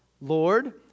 Lord